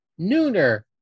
Nooner